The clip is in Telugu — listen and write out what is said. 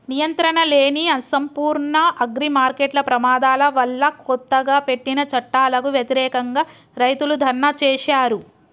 నియంత్రణలేని, అసంపూర్ణ అగ్రిమార్కెట్ల ప్రమాదాల వల్లకొత్తగా పెట్టిన చట్టాలకు వ్యతిరేకంగా, రైతులు ధర్నా చేశారు